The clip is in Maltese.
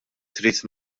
trid